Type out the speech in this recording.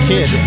Kid